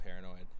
paranoid